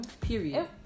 Period